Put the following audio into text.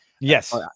Yes